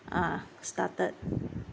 ah started